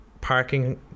parking